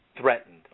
threatened